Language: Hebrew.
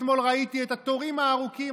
אתמול ראיתי את התורים הארוכים,